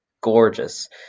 gorgeous